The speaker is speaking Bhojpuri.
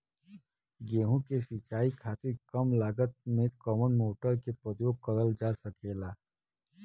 गेहूँ के सिचाई खातीर कम लागत मे कवन मोटर के प्रयोग करल जा सकेला?